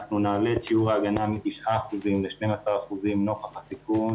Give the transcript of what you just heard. אנחנו נעלה את שיעור ההגנה מ- 9% ל-12% נוכח הסיכון